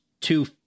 two